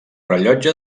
rellotge